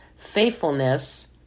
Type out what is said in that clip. faithfulness